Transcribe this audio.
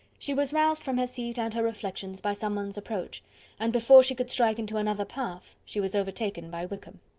she was roused from her seat, and her reflections, by some one's approach and before she could strike into another path, she was overtaken by wickham.